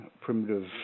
primitive